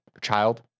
child